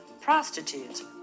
prostitutes